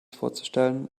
vorzustellen